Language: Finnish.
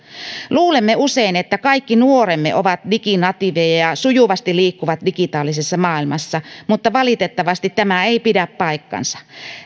luulemme usein että kaikki nuoremme ovat diginatiiveja ja sujuvasti liikkuvat digitaalisessa maailmassa mutta valitettavasti tämä ei pidä paikkaansa